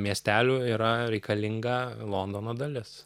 miestelių yra reikalinga londono dalis